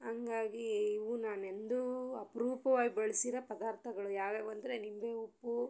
ಹಂಗಾಗಿ ಇವು ನಾನು ಎಂದೂ ಅಪ್ರೂಪವಾಗಿ ಬಳ್ಸಿರೋ ಪದಾರ್ಥಗಳು ಯಾವ್ಯಾವಂದರೆ ನಿಂಬೆ ಉಪ್ಪು